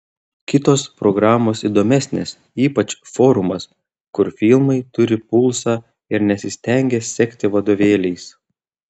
kitos programos įdomesnės ypač forumas kur filmai turi pulsą ir nesistengia sekti vadovėliais